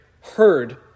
heard